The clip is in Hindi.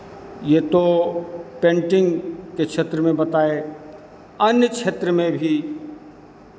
ये तो पेंटिंग के क्षेत्र में बताए अन्य क्षेत्र में भी